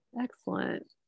Excellent